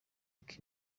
uko